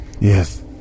Yes